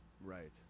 right